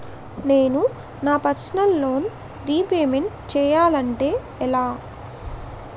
నేను నా personal loan repayment చేయాలంటే ఎలా?